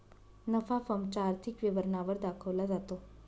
नफा फर्म च्या आर्थिक विवरणा वर दाखवला जातो